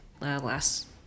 last